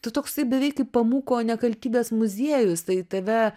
tu toksai beveik kaip pamuko nekaltybės muziejus tai tave